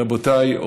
רבותיי,